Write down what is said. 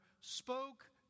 spoke